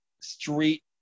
street